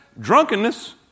drunkenness